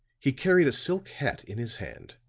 he carried a silk hat in his hand,